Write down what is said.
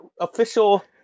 official